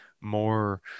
more